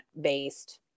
based